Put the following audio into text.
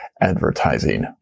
advertising